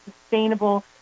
sustainable